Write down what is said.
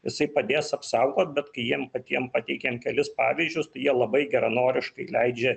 jisai padės apsaugot bet kai jiem patiem pateikėm kelis pavyzdžius tai jie labai geranoriškai leidžia